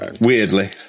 Weirdly